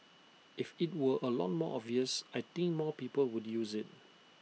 if IT were A lot more obvious I think more people would use IT